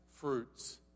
fruits